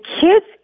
kids